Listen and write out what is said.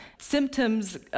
Symptoms